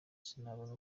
sinabona